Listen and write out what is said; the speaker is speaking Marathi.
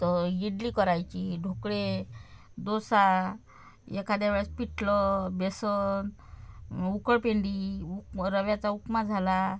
तर इडली करायची ढोकळे डोसा एखाद्या वेळेस पिठलं बेसन उकळपेंडी उ रव्याचा उपमा झाला